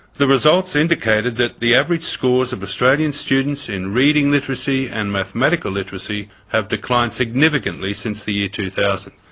the results indicated that the average scores of australian students in reading literacy and mathematical literacy have declined significantly since the year two thousand.